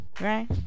right